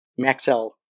Maxell